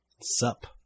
Sup